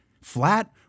flat